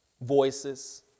voices